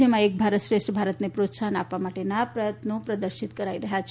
જેમાં એક ભારત શ્રેષ્ઠ ભારતને પ્રોત્સાહન આપવા માટેનાં પ્રયત્નો પ્રદર્શિત કરાઈ રહ્યા છે